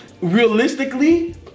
realistically